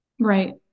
Right